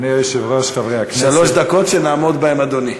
שלוש דקות, שנעמוד בהן, אדוני.